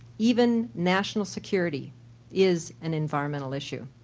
even national security is an environmental issue.